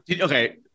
Okay